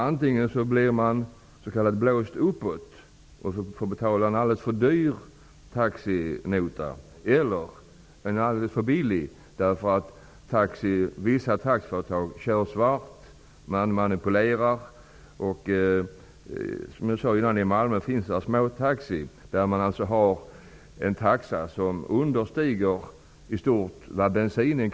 Antingen blir man blåst uppåt och får betala en alldelse för dyr taxinota, eller så får man betala en alldeles för billig. Vissa taxiföretag kör svart. De manipulerar. Som jag sade innan finns det i Malmö småtaxiföretag där taxan understiger kostnaden för bensinen.